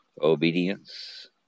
Obedience